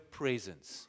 presence